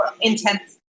intense